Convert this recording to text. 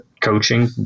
coaching